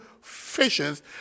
fishes